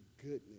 goodness